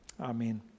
Amen